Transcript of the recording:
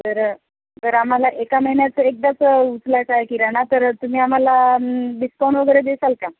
तर जर आम्हाला एका महिन्याचं एकदाच उचलायचा आहे किराणा तर तुम्ही आम्हाला डिस्काउंट वगैरे देसाल का